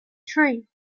three